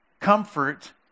comfort